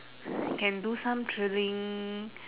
can do some thrilling